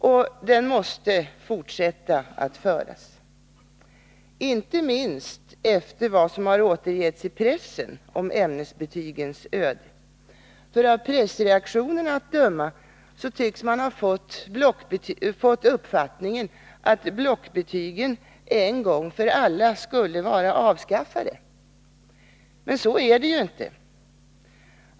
Och den måste fortsätta att föras, inte minst efter vad som återgetts i pressen om ämnesbetygens öde. Av pressreaktionerna att döma tycks man ha fått uppfattningen att blockbetygen en gång för alla skulle vara avskaffade. Men så är det ju inte.